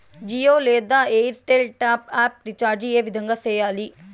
జియో లేదా Airtel top up recharge ఏ విధంగా సేయాలి